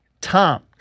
Tom